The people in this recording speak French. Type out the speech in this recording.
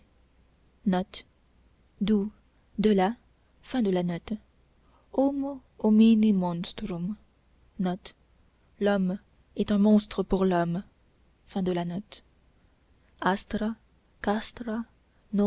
de l'homme est un monstre pour l'homme